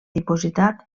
dipositat